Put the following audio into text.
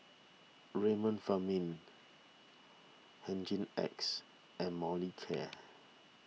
Remifemin Hygin X and Molicare